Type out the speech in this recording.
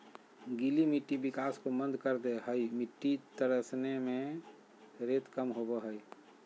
गीली मिट्टी विकास को मंद कर दे हइ मिटटी तरसने में रेत कम होबो हइ